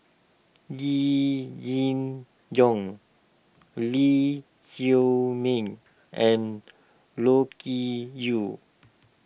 Yee Jenn Jong Lee Chiaw Meng and Loke Yew